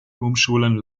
umschulen